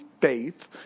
faith